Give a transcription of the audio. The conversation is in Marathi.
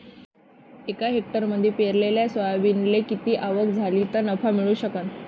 एका हेक्टरमंदी पेरलेल्या सोयाबीनले किती आवक झाली तं नफा मिळू शकन?